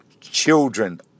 Children